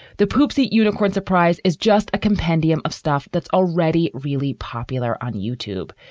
the poopsie unicorn's surprise is just a compendium of stuff that's already really popular on youtube.